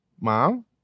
Mom